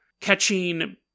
catching